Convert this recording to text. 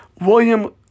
William